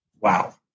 wow